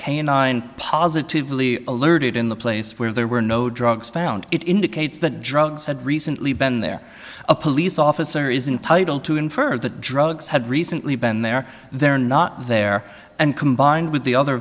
canine positively alerted in the place where there were no drugs found it indicates that drugs had recently been there a police officer is entitle to infer that drugs had recently been there they're not there and combined with the other